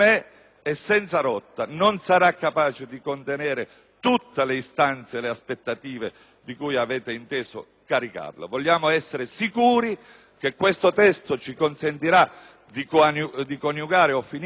tutte le istanze e le aspettative di cui avete inteso caricarla. Vogliamo essere sicuri che questo testo ci consentirà di coniugare più efficienza nell'erogazione dei servizi,